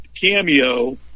cameo